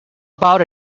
about